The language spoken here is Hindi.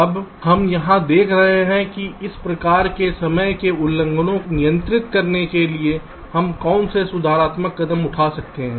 अब हम यहां देख रहे हैं कि इस प्रकार के समय के उल्लंघनों को नियंत्रित करने के लिए हम कौन से सुधारात्मक कदम उठा सकते हैं